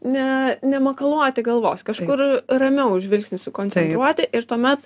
ne nemakaluoti galvos kažkur ramiau žvilgsnį sukoncentruoti ir tuomet